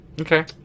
okay